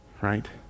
right